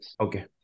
Okay